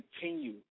continue